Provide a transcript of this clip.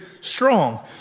strong